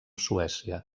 suècia